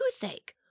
toothache